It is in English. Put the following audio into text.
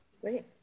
Great